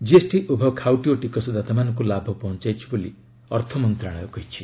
GST ଉଭୟ ଖାଉଟୀ ଓ ଟିକସଦାତାମାନଙ୍କୁ ଲାଭ ପହଞ୍ଚାଇଛି ବୋଲି ଅର୍ଥମନ୍ତ୍ରଣାଳୟ କହିଛି